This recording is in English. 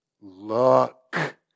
look